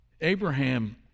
Abraham